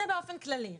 זה באופן כללי.